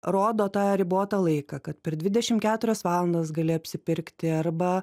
rodo tą ribotą laiką kad per dvidešimt keturias valandas gali apsipirkti arba